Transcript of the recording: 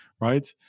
right